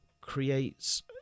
creates